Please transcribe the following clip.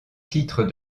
titre